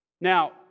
Now